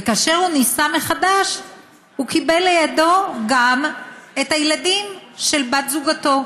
וכאשר הוא נישא מחדש הוא קיבל לידו גם את הילדים של בת זוגו,